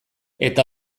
eta